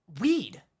Weed